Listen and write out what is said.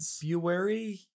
February